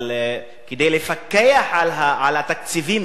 אבל כדי לפקח על התקציבים,